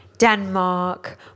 Denmark